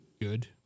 good